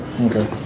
Okay